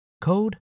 code